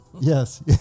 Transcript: Yes